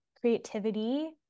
creativity